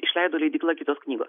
išleido leidykla kitos knygos